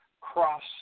cross